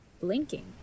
Blinking